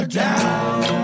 down